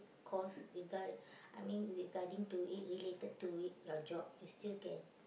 course regard I mean regarding to it related to it your job you still can